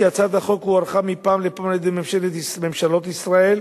כי הצעת החוק הוארכה מפעם לפעם על-ידי ממשלות ישראל,